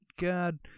god